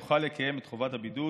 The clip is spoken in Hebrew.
הוא יוכל לקיים את חובת הבידוד